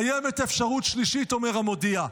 "קיימת אפשרות שלישית" אומר המודיע,